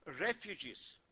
refugees